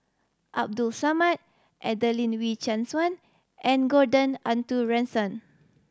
Abdul Samad Adelene Wee Chin Suan and Gordon Arthur Ransome